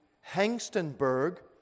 Hengstenberg